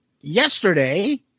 yesterday